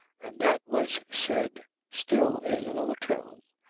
and that was said still in another tone,